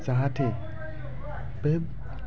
जाहाथे बे